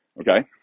okay